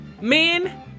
Men